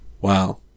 Wow